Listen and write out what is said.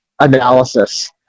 analysis